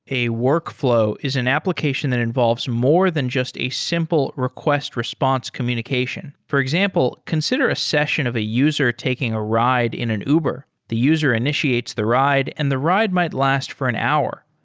a workflow is an application that involves more than just a simple request response communication. for example, consider a session of a user taking a ride in an uber. the user initiates the ride and the ride might last for an hour.